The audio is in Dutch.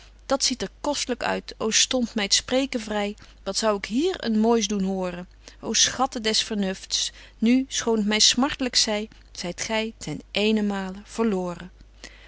dat ziet er kostlyk uit ô stondt my t spreken vry wat zou ik hier een moois doen horen ô schatten des vernufts nu schoon t my smartlyk zy zyt gy ten eenenmaal